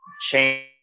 change